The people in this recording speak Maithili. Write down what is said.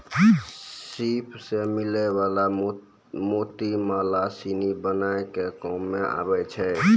सिप सें मिलै वला मोती माला सिनी बनाय के काम में आबै छै